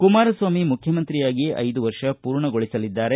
ಕುಮಾರಸ್ವಾಮಿ ಮುಖ್ಯಮಂತ್ರಿಯಾಗಿ ಐದು ವರ್ಷ ಪೂರ್ಣಗೊಳಿಸಲಿದ್ದಾರೆ